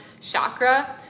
chakra